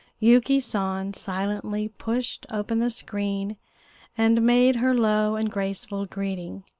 yuki san silently pushed open the screen and made her low and graceful greeting.